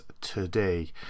today